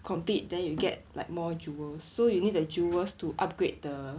compete then you get like more jewels so you need the jewels to upgrade the